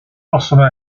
possono